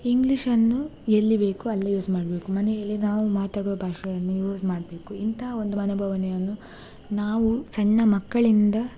ಇಂಗ್ಲೀಷನ್ನು ಎಲ್ಲಿ ಬೇಕೋ ಅಲ್ಲೇ ಯೂಸ್ ಮಾಡಬೇಕು ಮನೆಯಲ್ಲಿ ನಾವು ಮಾತಾಡುವ ಭಾಷೆಯನ್ನು ಯೂಸ್ ಮಾಡಬೇಕು ಇಂಥಾ ಒಂದು ಮನೋಭಾವನೆಯನ್ನು ನಾವು ಸಣ್ಣ ಮಕ್ಕಳಿಂದ